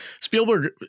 Spielberg